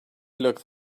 looked